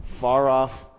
far-off